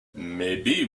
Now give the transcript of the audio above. maybe